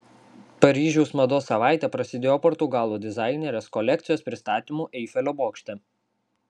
paryžiaus mados savaitė prasidėjo portugalų dizainerės kolekcijos pristatymu eifelio bokšte